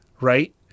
right